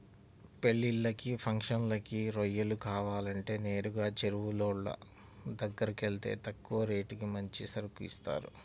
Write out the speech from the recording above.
పెళ్ళిళ్ళకి, ఫంక్షన్లకి రొయ్యలు కావాలంటే నేరుగా చెరువులోళ్ళ దగ్గరకెళ్తే తక్కువ రేటుకి మంచి సరుకు ఇత్తారు